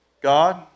God